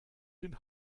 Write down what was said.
den